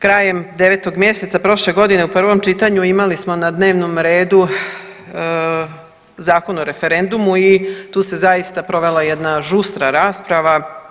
Krajem 9. mjeseca prošle godine u prvom čitanju imali smo na dnevnom redu Zakon o referendumu i tu se zaista provela jedna žustra rasprava.